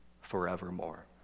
forevermore